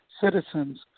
citizens